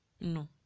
no